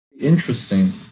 interesting